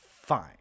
fine